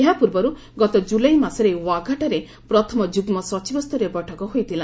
ଏହାପୂର୍ବରୁ ଗତ ଜୁଲାଇ ମାସରେ ଓ୍ୱାଘାଠାରେ ପ୍ରଥମ ଯୁଗ୍ମ ସଚିବସ୍ତରୀୟ ବୈଠକ ହୋଇଥିଲା